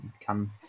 come